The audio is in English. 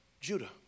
Judah